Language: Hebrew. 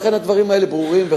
הדברים האלה חדים וברורים.